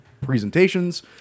presentations